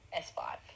S5